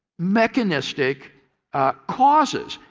mechanistic causes.